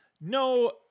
No